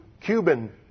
Cuban